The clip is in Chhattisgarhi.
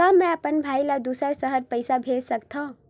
का मैं अपन भाई ल दुसर शहर पईसा भेज सकथव?